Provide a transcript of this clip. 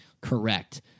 correct